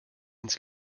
ins